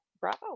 bravo